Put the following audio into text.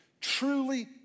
truly